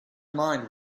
mind